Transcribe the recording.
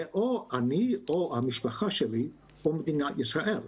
זה או אני או המשפחה שלי או מדינת ישראל.